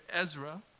Ezra